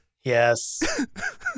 Yes